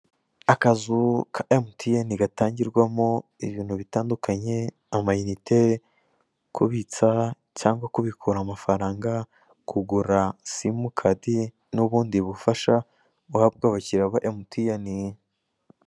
Akazu ka emutiyeni, gatangirwamo ibintu bitandukanye; amayinite, kubitsa cyangwa kubikura amafaranga, kugura simukadi, n'ubundi bufasha buhabwa abakiriya ba emutiyeni.